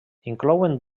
inclouen